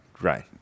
right